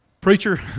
Preacher